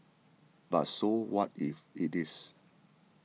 but so what if it is